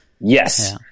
Yes